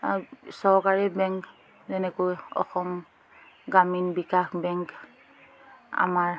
চৰকাৰী বেংক যেনেকৈ অসম গ্ৰামীণ বিকাশ বেংক আমাৰ